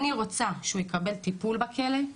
אני רוצה שהוא יקבל טיפול בכלא,